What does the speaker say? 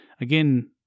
again